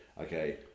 okay